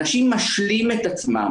אנשים משלים את עצמם